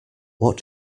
what